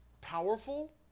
powerful